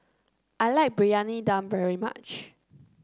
I like Briyani Dum very much